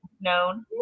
known